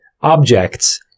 objects